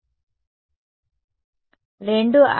విద్యార్థి sir IA I B నాకు తెలియదు